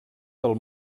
del